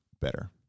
better